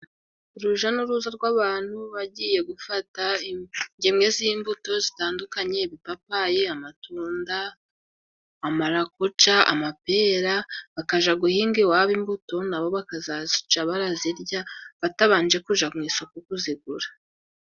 Uruja n'uruza rw'abantu bagiye gufata ingemwe z'imbuto zitandukanye, ipapaye, amatunda, amarakuja, amapera, bakaja guhinga iwabo imbuto nabo bakazazica barazirya, batabanje kuja mu isoko kuzigura.